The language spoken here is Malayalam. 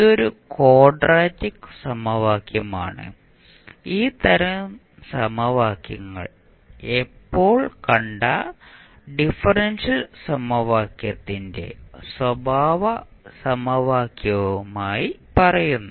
ഇതൊരു ക്വാഡ്രാറ്റിക് സമവാക്യമാണ് ഈ തരം സമവാക്യങ്ങൾ നമ്മൾ ഇപ്പോൾ കണ്ട ഡിഫറൻഷ്യൽ സമവാക്യത്തിന്റെ സ്വഭാവ സമവാക്യമായി പറയുന്നു